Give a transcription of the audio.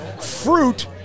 fruit